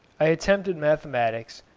i attempted mathematics,